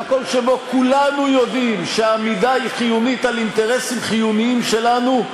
במקום שבו כולנו יודעים שהעמידה היא חיונית על אינטרסים חיוניים שלנו,